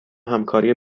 همکاری